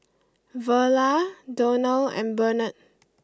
Verla Donal and Bernard